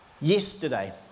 Yesterday